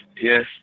Yes